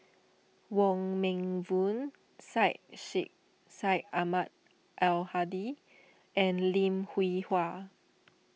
Wong Meng Voon Syed Sheikh Syed Ahmad Al Hadi and Lim Hwee Hua